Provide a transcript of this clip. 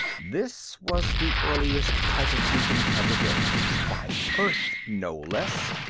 this was the earliest type of beacon ever built by earth, no less.